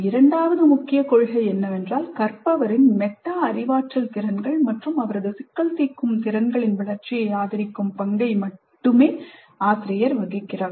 இரண்டாவது முக்கிய கொள்கை என்னவென்றால் 'கற்பவரின் மெட்டா அறிவாற்றல் திறன்கள் மற்றும் அவரது சிக்கல் தீர்க்கும் திறன்களின் வளர்ச்சியை ஆதரிக்கும் பங்கை மட்டுமே ஆசிரியர் வகிக்கிறார்